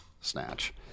snatch